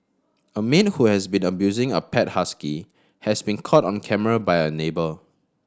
a maid who has been abusing a pet husky has been caught on camera by a neighbour